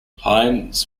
hines